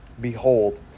behold